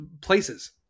places